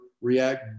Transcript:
react